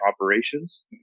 Operations